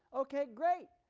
okay, great,